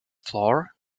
flour